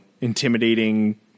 intimidating